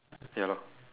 ya lor